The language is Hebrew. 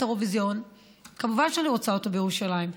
האירוויזיון כמובן שאני רוצה אותו בירושלים,.